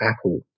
Apple